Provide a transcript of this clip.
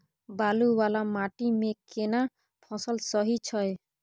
बालू वाला माटी मे केना फसल सही छै?